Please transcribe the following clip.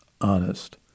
honest